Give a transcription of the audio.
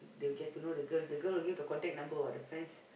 they will get to know the girl the girl will give the contact number what the friend